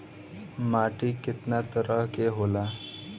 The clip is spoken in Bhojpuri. माटी केतना तरह के होला?